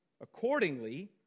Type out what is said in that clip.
Accordingly